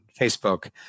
Facebook